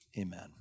Amen